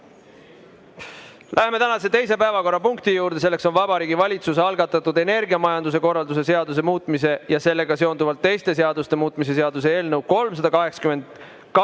Läheme tänase teise päevakorrapunkti juurde, milleks on Vabariigi Valitsuse algatatud energiamajanduse korralduse seaduse muutmise ja sellega seonduvalt teiste seaduste muutmise seaduse eelnõu 382.